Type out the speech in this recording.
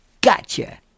gotcha